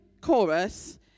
chorus